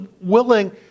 willing